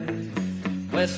West